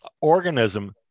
organism